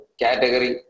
category